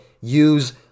use